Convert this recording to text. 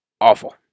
awful